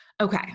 Okay